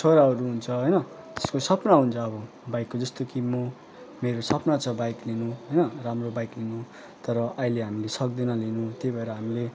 छोराहरू हुन्छ होइन त्यसको सपना हुन्छ अब बाइकको जस्तो कि म मेरो सपना छ बाइक लिनु होइन राम्रो बाइक लिनु तर अहिले हामीले सक्दैनँ लिनु त्यही भएर हामीले